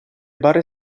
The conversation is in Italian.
barre